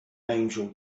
angel